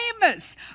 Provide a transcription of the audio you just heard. famous